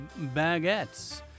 baguettes